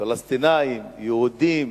פלסטינים, יהודים,